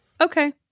okay